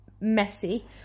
messy